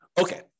Okay